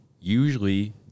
usually